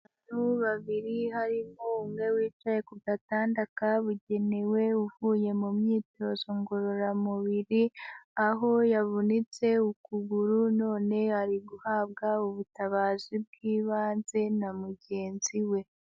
Abantu babiri harimo umwe wicaye ku gatanda kabugenewe uvuye mu myitozo ngororamubiri, aho yavunitse ukuguru none ari guhabwa ubutabazi bw'ibanze na mugenzi we.